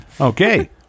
Okay